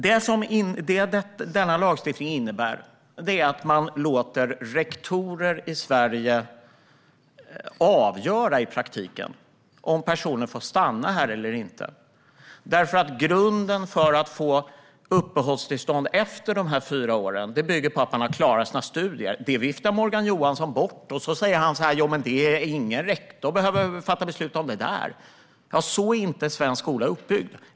Det som denna lagstiftning innebär är att man i praktiken låter rektorer i Sverige avgöra om personer får stanna här eller inte. Grunden för att få uppehållstillstånd efter de fyra åren bygger på att man har klarat sina studier. Detta viftar Morgan Johansson bort och säger att ingen rektor behöver fatta beslut om det. Men så är inte svensk skola uppbyggd.